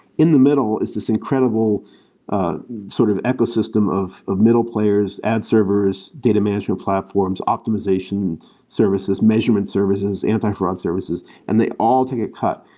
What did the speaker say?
in the middle is this incredible sort of ecosystem of of middle players, ad servers, data management platforms, optimization services, measurement services, anti-fraud services, and they all take a cut.